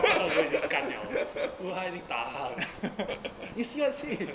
how to say is it 干 liao loh 无 high 力打他 loh